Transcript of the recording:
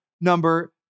number